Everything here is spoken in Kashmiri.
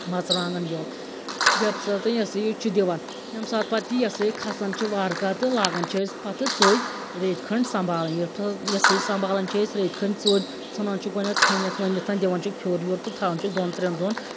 مَژرانٛگن بیول یَمہِ ساتہٕ یہِ ہَسا یہِ چھِ دِوان ییٚمہِ ساتہٕ پَتہٕ یہِ ہَسا یہِ کھَسان چھ وارٕ کارٕ تہٕ لاگان چھِ أسۍ پَتہٕ ژورِ ریٚتۍ کھٔنٛڈۍ سنٛبالٕنۍ یہِ ہَسا یہِ سنٛبھالان چھِ أسۍ ریٚتۍ کھٔنٛڈۍ ژوٚد ژھٕنان چھِ گۄڈنٮ۪تھ کھٔنِتھ ؤنِتھ دوان چھِ پھیُر ویُر تہٕ تھاوان چھِ دۄن ترٛٮ۪ن دۄہَن